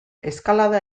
eskalada